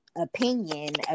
opinion